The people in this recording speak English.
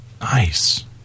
Nice